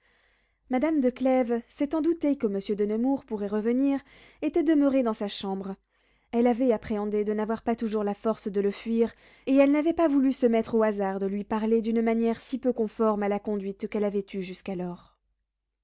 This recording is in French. madame de clèves s'étant doutée que monsieur de nemours pourrait revenir était demeurée dans sa chambre elle avait appréhendé de n'avoir pas toujours la force de le fuir et elle n'avait pas voulu se mettre au hasard de lui parler d'une manière si peu conforme à la conduite qu'elle avait eue jusqu'alors